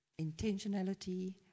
intentionality